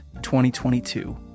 2022